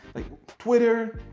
twitter,